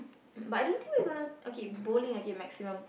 um but don't think we gonna okay bowling okay maximum